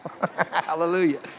Hallelujah